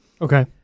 okay